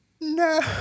No